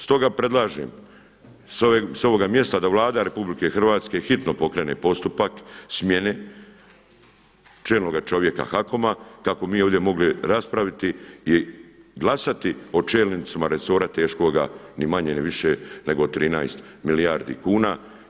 Stoga predlažem sa ovoga mjesta da Vlada RH hitno pokrene postupak smjene čelnoga čovjeka HAKOM-a kako bi mi ovdje mogli raspraviti i glasati o čelnicima resora teškoga ni manje ni više nego 13 milijardi kuna.